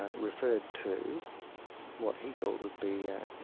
referred to what he thought would be a